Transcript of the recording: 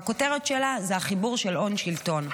והכותרת שלה זה החיבור של הון-שלטון.